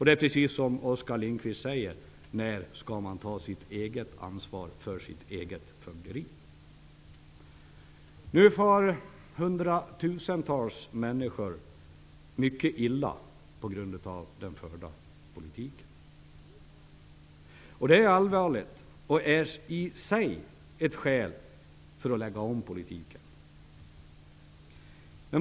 Det är så riktigt som Oskar Lindkvist undrar: När skall man ta sitt eget ansvar för sitt eget fögderi? Hundratusentals människor far nu mycket illa av den förda politiken. Det är allvarligt och är i sig ett skäl för att man skall lägga om politiken.